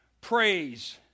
praise